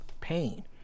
pain